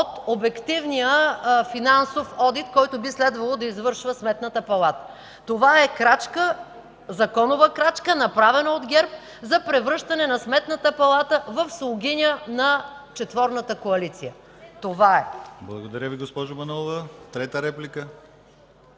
от обективния финансов одит, който би следвало да извършва Сметната палата. Това е законова крачка, направена от ГЕРБ, за превръщане на Сметната палата в слугиня на четворната коалиция. Това е! ПРЕДСЕДАТЕЛ ДИМИТЪР ГЛАВЧЕВ: Благодаря Ви, госпожо Манолова. Трета реплика?